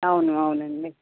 అవును అవునండి